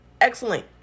Excellent